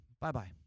Bye-bye